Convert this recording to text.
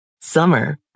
Summer